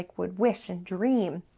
like would wish and dream,